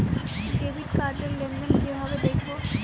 Debit card র লেনদেন কিভাবে দেখবো?